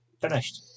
finished